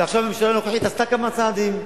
ועכשיו הממשלה הנוכחית עשתה כמה צעדים,